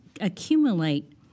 accumulate